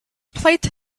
plate